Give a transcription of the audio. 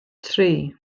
tri